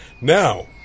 Now